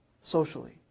socially